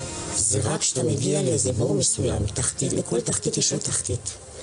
אך ישנן מוטיבציות נוספות להימורים שעל חלקן אני גם